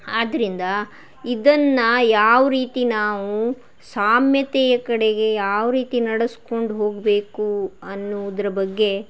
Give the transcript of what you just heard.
ಆದ್ದರಿಂದ ಇದನ್ನು ಯಾವ ರೀತಿ ನಾವು ಸಾಮ್ಯತೆಯ ಕಡೆಗೆ ಯಾವ ರೀತಿ ನಡಸ್ಕೊಂಡು ಹೋಗಬೇಕು ಅನ್ನೋದ್ರ ಬಗ್ಗೆ